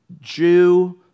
Jew